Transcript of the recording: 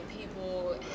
people